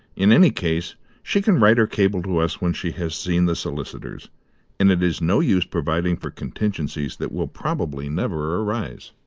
in any case, she can write, or cable to us when she has seen the solicitors, and it is no use providing for contingencies that will probably never arise.